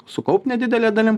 sukaupt nedidele dalim